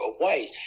away